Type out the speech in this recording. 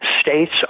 States